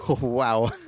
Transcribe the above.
Wow